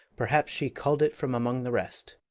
perhaps she cull'd it from among the rest.